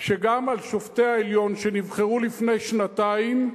שגם על שופטי העליון שנבחרו לפני שנתיים,